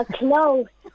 close